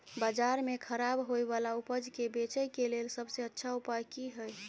बाजार में खराब होय वाला उपज के बेचय के लेल सबसे अच्छा उपाय की हय?